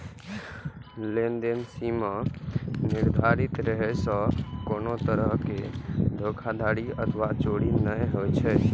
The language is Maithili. लेनदेन सीमा निर्धारित रहै सं कोनो तरहक धोखाधड़ी अथवा चोरी नै होइ छै